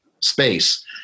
space